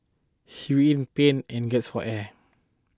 he writhed in pain and gasped for air